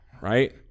right